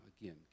again